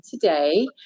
today